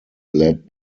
led